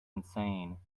insane